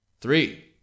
Three